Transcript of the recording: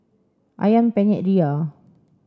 Ayam Penyet Ria